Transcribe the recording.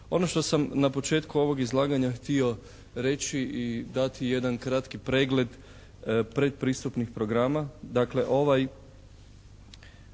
Ono što sam na početku ovog izlaganja htio reći i dati jedan kratki pregled predpristupnih programa, dakle ovaj